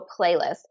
playlist